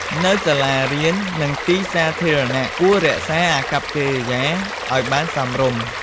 នៅសាលារៀន និងទីសាធារណៈ គួររក្សាអកប្បកិរិយាឲ្យបានសមរម្យ។